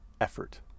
effort